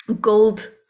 gold